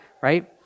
right